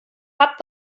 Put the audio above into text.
habt